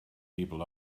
people